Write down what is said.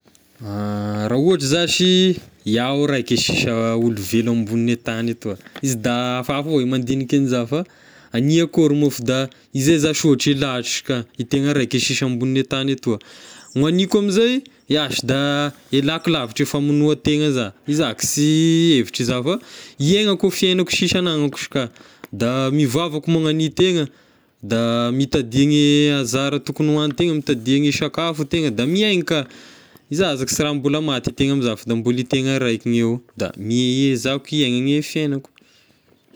Raha ohatry zashy iaho raiky sisa olo velo ambonine tagny etoa, izy da hafahafa avao e mandinika an'iza fa hania akôry moa fa da izay zashy ohatry e lahatry ka, i tegna raiky sisa ambon'ny tagny etoa, ny haniko amizay iahy shy da ialako lavitra e famognoa-tegna za, iza ky sy hievitra zah fa hiaignako fiaignako sisa agnanako izy shy ka, da mivavaka moa na ny tegna, da mitadia gn'anzara tokony ho an-tegna, mitadia gne sakafo a tegna, da miaigna ka, iza za ky sy raha mbola maty e tegna amiza fa da mbola e tegna raiky ny eo, da mie- ezahiko hiaignany ny fiaignako.